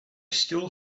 still